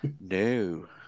no